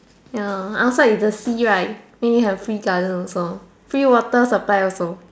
ya outside is the sea right then you have free garden also free water supply also